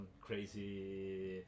crazy